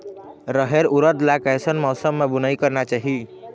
रहेर उरद ला कैसन मौसम मा बुनई करना चाही?